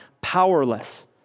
powerless